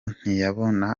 ntiyabona